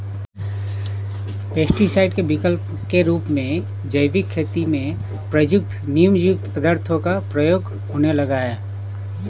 pesticide के विकल्प के रूप में जैविक खेती में प्रयुक्त नीमयुक्त पदार्थों का प्रयोग होने लगा है